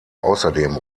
außerdem